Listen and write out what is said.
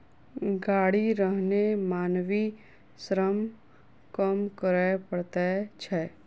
गाड़ी रहने मानवीय श्रम कम करय पड़ैत छै